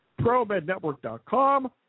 ProMedNetwork.com